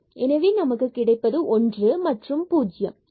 எனவே நமக்கு கிடைப்பது ஒன்று மற்றும் 0 ஆகும்